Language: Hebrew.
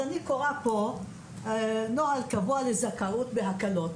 אני קוראת פה נוהל קבוע לזכאות בהקלות.